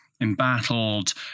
embattled